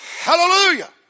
Hallelujah